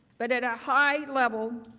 but at a high level,